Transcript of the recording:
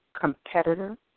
competitor